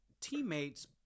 teammates